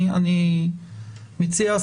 אני מציע,